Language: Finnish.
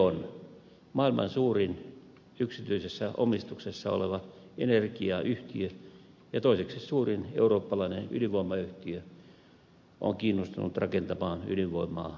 on maailman suurin yksityisessä omistuksessa oleva energiayhtiö ja toiseksi suurin eurooppalainen ydinvoimayhtiö on kiinnostunut rakentamaan ydinvoimaa suomeen